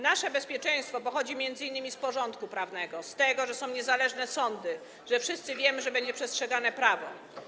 Nasze bezpieczeństwo pochodzi m.in. z porządku prawnego, z tego, że są niezależne sądy, że wszyscy wiemy, że będzie przestrzegane prawo.